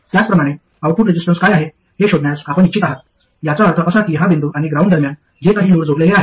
त्याचप्रमाणे output resistance काय आहे हे शोधण्यास आपण इच्छित आहात याचा अर्थ असा की हा बिंदू आणि ग्राउंड दरम्यान जे काही लोड जोडलेले आहे